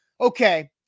okay